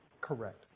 Correct